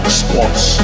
sports